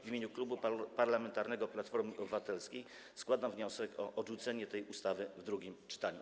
W imieniu Klubu Parlamentarnego Platforma Obywatelska składam wniosek o odrzucenie tej ustawy w drugim czytaniu.